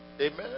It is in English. Amen